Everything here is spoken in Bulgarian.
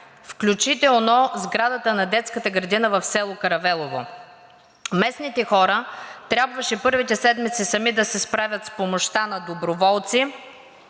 включително сградата на детската градина в село Каравелово. Местните хора трябваше първите седмици сами да се справят с помощта на доброволци